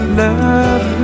love